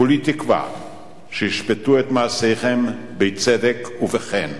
כולי תקווה שישפטו את מעשיכם בצדק ובחן,